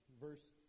Verse